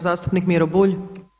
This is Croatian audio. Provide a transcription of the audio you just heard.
Zastupnik Miro Bulj.